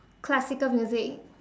classical music